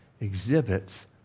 exhibits